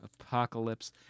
Apocalypse